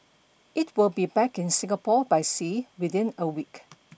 it will be back in Singapore by sea within a week